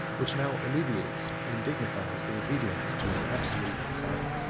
which now alleviates and dignifies their obedience to an absolute sovereign.